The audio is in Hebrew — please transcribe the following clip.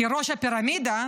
כראש הפירמידה,